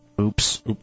Oops